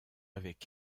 avec